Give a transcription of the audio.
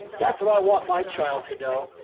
that's what i want my child to know.